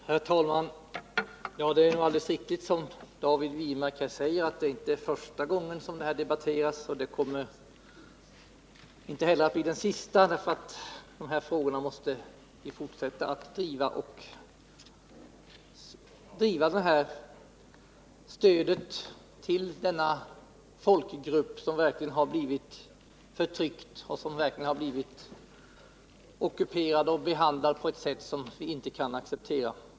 Herr talman! Det är alldeles riktigt som David Wirmark säger — det är inte första gången som det här debatteras. Och det kommer inte heller att bli den sista; de här frågorna måste vi fortsätta att uppmärksamma. Vi måste fortsätta att arbeta för ett stöd till denna folkgrupp, som verkligen blivit förtryckt och behandlad på ett sätt som vi inte kan acceptera.